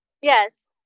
yes